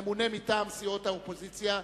הממונה מטעם סיעות האופוזיציה,